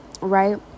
right